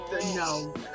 No